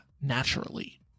naturally